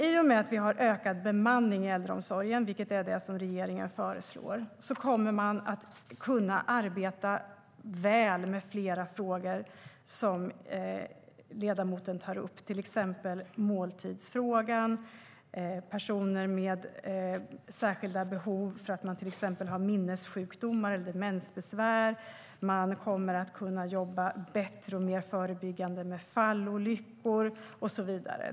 I och med att man får ökad bemanning i äldreomsorgen, vilket är det som regeringen föreslår, kommer man att kunna arbeta väl med flera frågor som ledamoten tar upp, till exempel måltidsfrågan och särskilda behov på grund av till exempel minnessjukdomar eller demensbesvär. Man kommer att kunna jobba bättre och mer förebyggande med fallolyckor och så vidare.